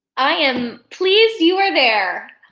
i am pleased you are there.